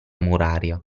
muraria